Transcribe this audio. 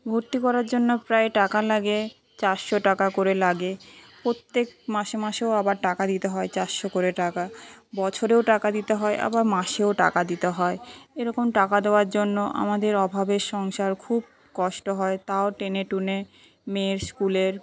ভর্তি করার জন্য প্রায় টাকা লাগে চারশো টাকা করে লাগে প্রত্যেক মাসে মাসেও আবার টাকা দিতে হয় চারশো করে টাকা বছরেও টাকা দিতে হয় আবার মাসেও টাকা দিতে হয় এরকম টাকা দেওয়ার জন্য আমাদের অভাবের সংসার খুব কষ্ট হয় তাও টেনেটুনে মেয়ের স্কুলের